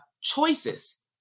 choices